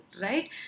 right